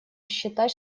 считать